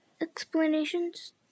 Explanations